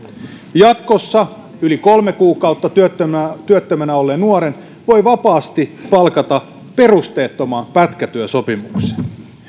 jatkossa yli kolme kuukautta työttömänä työttömänä olleen nuoren voi vapaasti palkata perusteettomaan pätkätyösopimukseen